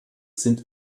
sind